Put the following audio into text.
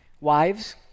Wives